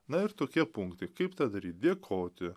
na ir tokie punktai kaip tą daryt dėkoti